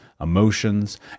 emotions